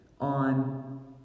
on